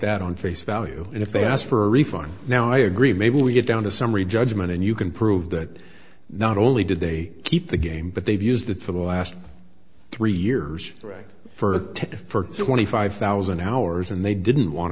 that on face value and if they ask for a refund now i agree maybe we get down to summary judgment and you can prove that not only did they keep the game but they've used it for the last three years right for twenty five thousand hours and they didn't want